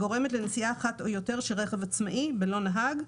הגורמת לנסיעה אחת או יותר של רכב עצמאי בלא נהג,